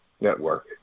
Network